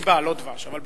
ריבה, לא דבש, אבל בסדר.